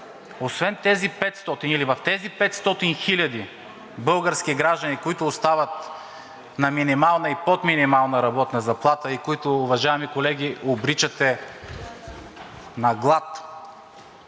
освен тези 500 или в тези 500 хиляди български граждани, които остават на минимална и под минимална работна заплата, и които, уважаеми колеги, обричате на глад